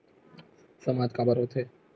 सामाज काबर हो थे?